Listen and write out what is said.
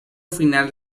final